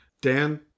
Dan